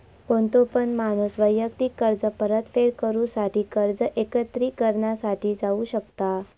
कोणतो पण माणूस वैयक्तिक कर्ज परतफेड करूसाठी कर्ज एकत्रिकरणा साठी जाऊ शकता